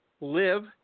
live